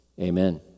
amen